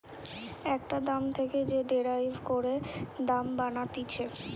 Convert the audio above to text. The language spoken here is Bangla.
একটা দাম থেকে যে ডেরাইভ করে দাম বানাতিছে